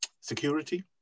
security